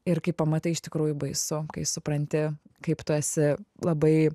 ir kai pamatai iš tikrųjų baisu kai supranti kaip tu esi labai